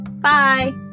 Bye